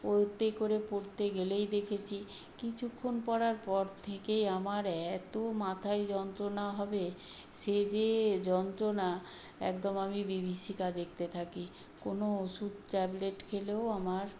ওই তে করে পড়তে গেলেই দেখেছি কিছুক্ষণ পড়ার পর থেকেই আমার এত মাথায় যন্ত্রণা হবে সে যে যন্ত্রণা একদম আমি বিভীষিকা দেখতে থাকি কোনো ওষুধ ট্যাবলেট খেলেও আমার